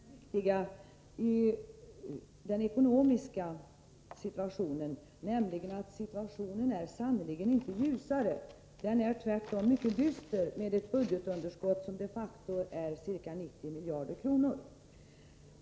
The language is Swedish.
Herr talman! Lena Öhrsvik angav själv det viktiga som hänt, nämligen att den ekonomiska situationen sannerligen inte är ljusare nu — den är tvärtom mycket dyster, med ett budgetunderskott som de facto är ca 90 miljarder kronor.